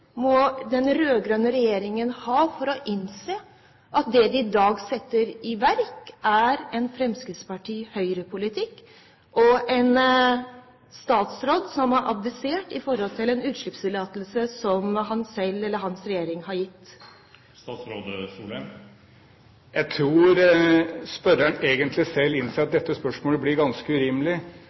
må den rød-grønne regjeringen ha for å innse at det de i dag setter i verk, er en fremskrittsparti/høyre-politikk, med en statsråd som har abdisert i forhold til en utslippstillatelse som hans regjering har gitt? Jeg tror spørreren egentlig selv innser at dette spørsmålet blir ganske urimelig.